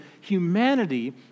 Humanity